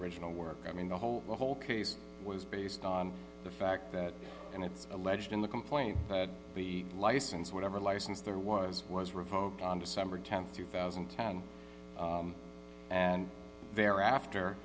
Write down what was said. original work i mean the whole the whole case was based on the fact that and it's alleged in the complaint that the license whatever license there was was revoked on december th two thousand and they're after